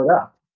up